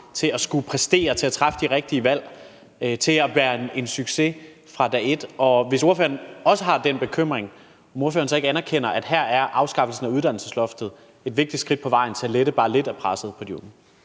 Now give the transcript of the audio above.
til at skulle præstere, til at træffe de rigtige valg, til at være en succes fra dag et. Og hvis ordføreren også har den bekymring, anerkender ordføreren så ikke, at her er afskaffelsen af uddannelsesloftet et vigtigt skridt på vejen til at lette bare lidt af presset for de unge?